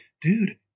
dude